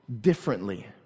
differently